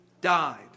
died